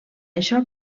això